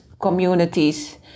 communities